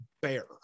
bear